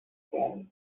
scary